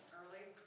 early